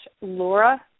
Laura